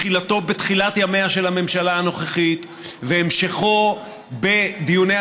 שתחילתו בתחילת ימיה של הממשלה הנוכחית והמשכו בדיוני